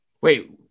Wait